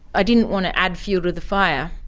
i didn't want to add fuel to the fire.